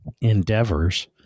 endeavors